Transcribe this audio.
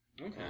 Okay